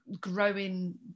growing